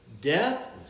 death